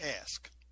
ask